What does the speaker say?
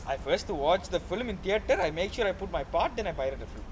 I first watch the film in theatre I make sure I put my part then I pirate the film